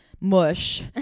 mush